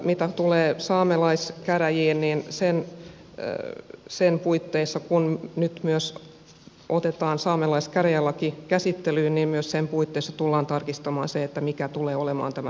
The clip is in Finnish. mitä tulee saamelaiskäräjiin kun nyt myös otetaan saamelaiskäräjälaki käsittelyyn niin myös sen puitteissa tullaan tarkistamaan mikä tulee olemaan tämä saamelaismääritelmä tulevaisuudessa